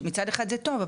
שמצד אחד זה טוב,